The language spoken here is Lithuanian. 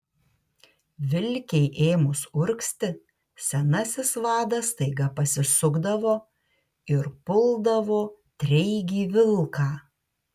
vilkei ėmus urgzti senasis vadas staiga pasisukdavo ir puldavo treigį vilką